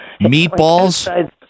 Meatballs